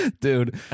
Dude